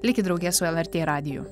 likit drauge su lrt radiju